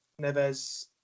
Neves